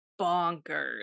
bonkers